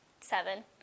seven